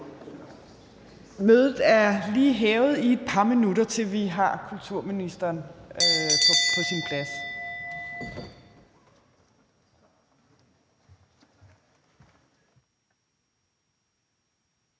Mødet er lige hævet i et par minutter, til vi har kulturministeren på sin plads.